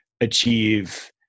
achieve